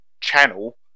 channel